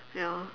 ya